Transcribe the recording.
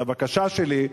אז הבקשה שלי,